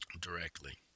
directly